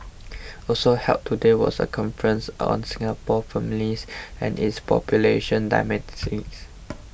also held today was a conference on Singapore families and its population